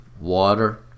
water